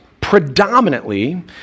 predominantly